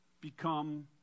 become